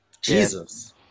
Jesus